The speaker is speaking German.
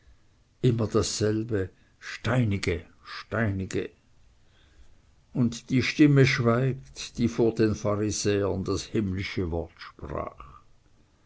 immer dasselbe steinige steinige und die stimme schweigt die vor den pharisäern das himmlische wort sprach